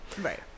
Right